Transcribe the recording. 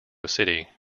city